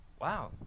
wow